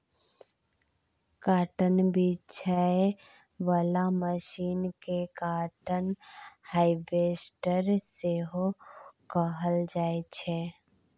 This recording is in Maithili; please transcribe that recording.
काँटन बीछय बला मशीन केँ काँटन हार्वेस्टर सेहो कहल जाइ छै